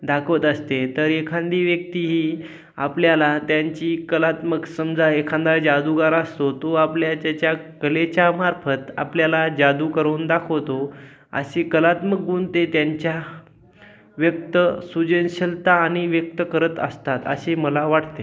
दाखवत असते तर एखादी व्यक्ती ही आपल्याला त्यांची कलात्मक समजा एखादा जादुगार असतो तो आपल्या त्याच्या कलेच्यामार्फत आपल्याला जादू करून दाखवतो अशी कलात्मक गुण ते त्यांच्या व्यक्त सृजनशीलता आणि व्यक्त करत असतात असे मला वाटते